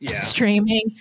streaming